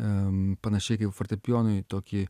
em panašiai kaip fortepijonui tokį